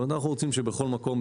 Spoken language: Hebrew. אנחנו רוצים שבכל מקום,